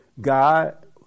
God